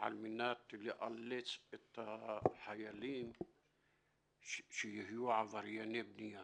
על מנת לאלץ את החיילים שיהיו עברייני בנייה.